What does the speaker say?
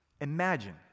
Imagine